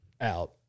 out